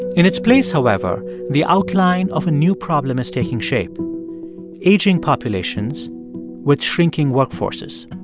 in its place, however, the outline of a new problem is taking shape aging populations with shrinking workforces